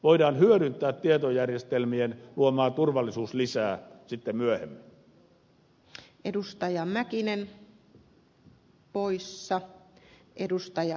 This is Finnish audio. voidaan hyödyntää tietojärjestelmien luomaa turvallisuuslisää sitten myöhemmin